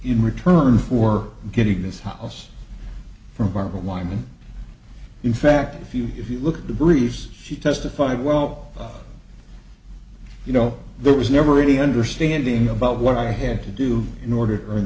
in return for getting this house from barbara wyman in fact if you if you look at the briefs she testified well you know there was never any understanding about what i had to do in order to earn